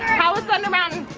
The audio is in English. how was thunder mountain?